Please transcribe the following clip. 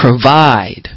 provide